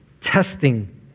testing